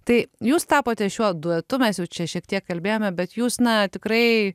tai jūs tapote šiuo duetu mes jau čia šiek tiek kalbėjome bet jūs na tikrai